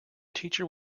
teacher